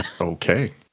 Okay